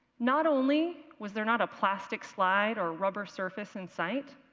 not only was there not a plastic slide or rubber surface in sight,